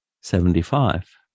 Seventy-five